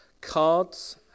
cards